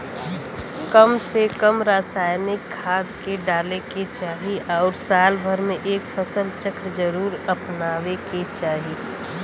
कम से कम रासायनिक खाद के डाले के चाही आउर साल भर में एक फसल चक्र जरुर अपनावे के चाही